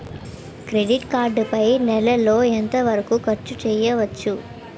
Credit card పై నెల లో ఎంత వరకూ ఖర్చు చేయవచ్చు?